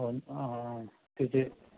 हुन्छ ठिकै चाहिँ